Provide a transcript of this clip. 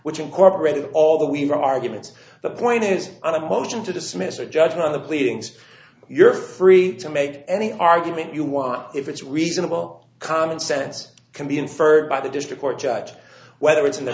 which incorporated all the weaver arguments the point is on a motion to dismiss or judging on the pleadings you're free to make any argument you want if it's reasonable common sense can be inferred by the district court judge whether it's in the